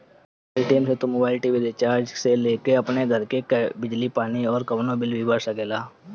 Paytm से तू mobile, TV recharge से लेके अपनी घर के बिजली पानी अउरी कवनो भी बिल भर सकेला